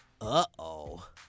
Uh-oh